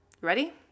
ready